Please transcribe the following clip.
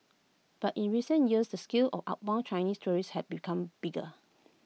but in recent years the scale of outbound Chinese tourists had become bigger